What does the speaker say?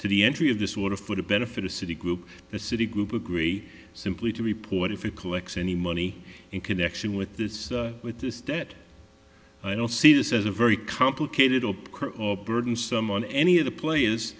to the entry of the sort of for the benefit of citi group the citi group agree simply to report if it collects any money in connection with this with this debt i don't see this as a very complicated or burden some on any of the players